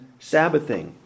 Sabbathing